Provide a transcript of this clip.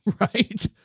Right